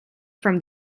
from